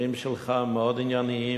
הדברים שלך מאוד ענייניים,